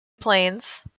Planes